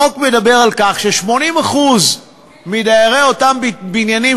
החוק מדבר על כך ש-80% מדיירי אותם בניינים,